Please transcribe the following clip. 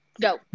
Go